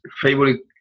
favorite